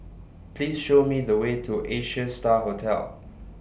Please Show Me The Way to Asia STAR Hotel